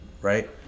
right